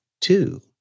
two